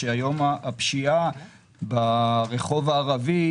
היום הפשיעה ברחוב הערבי